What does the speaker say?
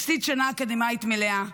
הפסיד שנה אקדמאית מלאה,